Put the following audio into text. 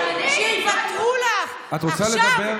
אותי, עלובה?